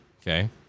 Okay